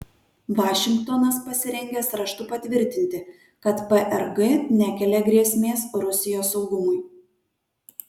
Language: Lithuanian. vašingtonas pasirengęs raštu patvirtinti kad prg nekelia grėsmės rusijos saugumui